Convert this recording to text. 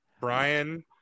Brian